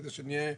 כדי שנהיה ברורים,